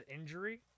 injury